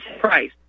price